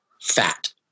fat